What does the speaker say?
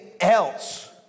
else